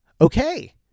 okay